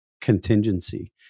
contingency